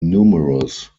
numerous